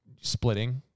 splitting